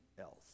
else